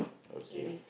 okay